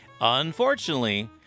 Unfortunately